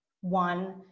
one